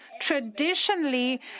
traditionally